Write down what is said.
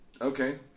okay